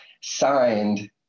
signed